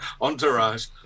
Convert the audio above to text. entourage